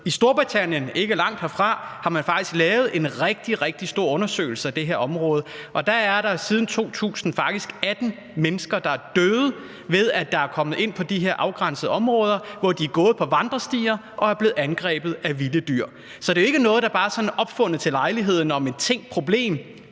I Storbritannien, ikke langt herfra, har man lavet en rigtig, rigtig stor undersøgelse af det her område, og dér er der siden år 2000 faktisk 18 mennesker, der er døde, ved at de er kommet ind på de her afgrænsede områder, hvor de har gået på vandrestier og er blevet angrebet af vilde dyr. Så det er jo ikke noget, der bare sådan er opfundet til lejligheden og er et tænkt problem.